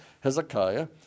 Hezekiah